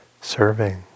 serving